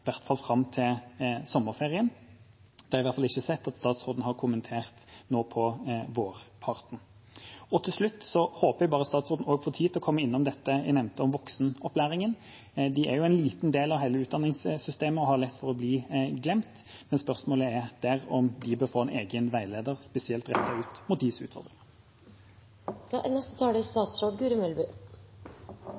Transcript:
hvert fall fram til sommerferien. Jeg har i hvert fall ikke sett at statsråden har kommentert at den kommer til å vare bare til utpå vårparten. Til slutt håper jeg at statsråden også får tid til å komme innom det jeg nevnte om voksenopplæringen. Det er en liten del av hele utdanningssystemet og har lett for å bli glemt, men spørsmålet er om de bør få en egen veileder, spesielt rettet mot deres utfordringer. Da